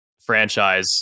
franchise